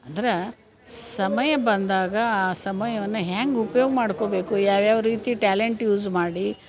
ಅಂದ್ರೆ ಸಮಯ ಬಂದಾಗ ಆ ಸಮಯವನ್ನು ಹ್ಯಾಂಗೆ ಉಪ್ಯೋಗ ಮಾಡ್ಕೊಬೇಕು ಯಾವ್ಯಾವ ರೀತಿ ಟ್ಯಾಲೆಂಟ್ ಯೂಸ್ ಮಾಡಿ